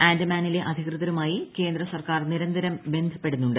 ആൻഡമാനിലെ അധികൃതരുമായി കേന്ദ്ര സർക്കാർ നിരന്തരം ബന്ധപ്പെടുന്നുണ്ട്